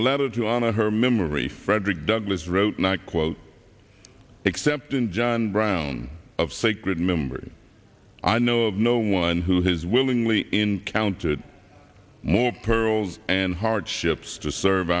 a letter to honor her memory frederick douglass wrote and i quote except in john brown of sacred memory i know of no one who has willingly encountered more pearls and hardships to serve